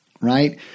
right